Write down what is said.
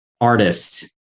artist